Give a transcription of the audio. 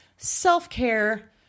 self-care